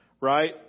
right